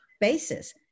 basis